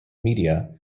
media